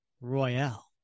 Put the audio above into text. royale